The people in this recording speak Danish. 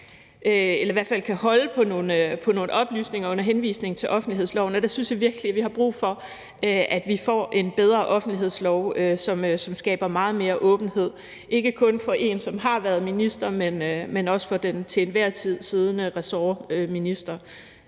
ressort i hvert fald kan holde på nogle oplysninger under henvisning til offentlighedsloven, og der synes jeg virkelig, at vi har brug for, at vi får en bedre offentlighedslov, som skaber meget mere åbenhed, ikke kun om en, som har været minister, men også for den til enhver tid siddende ressortminister.